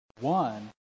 One